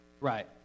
Right